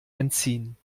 entziehen